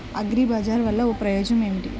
అగ్రిబజార్ వల్లన ప్రయోజనం ఏమిటీ?